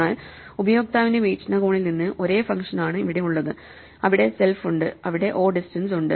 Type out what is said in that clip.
എന്നാൽ ഉപയോക്താവിന്റെ വീക്ഷണകോണിൽ നിന്ന് ഒരേ ഫംഗ്ഷൻ ആണ് അവിടെ ഉള്ളത് അവിടെ സെൽഫ് ഉണ്ട് അവിടെ o ഡിസ്റ്റൻസ് ഉണ്ട്